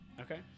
Okay